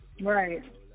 Right